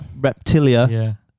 Reptilia